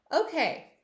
okay